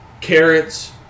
carrots